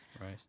Right